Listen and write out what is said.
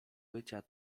bycia